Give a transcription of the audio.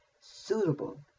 suitable